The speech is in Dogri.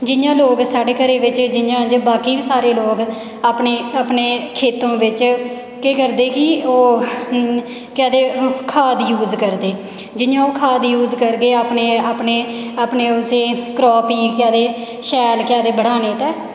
जियां लोग साढ़े घरै बिच्च जियां बाकी बी लोग अपने अपने खेतें बिच्च केह् करदे कि ओह् केह् आखदे खाद यूज करदे जियां ओह् खाद यूज करगे अपने अपने अपने उस क्राप गी केह् आखदे शैल केह् आखदे बढ़ाने ते